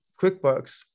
quickbooks